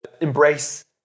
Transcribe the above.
embrace